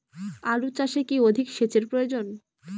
আলু চাষে কি অধিক সেচের প্রয়োজন?